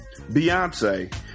Beyonce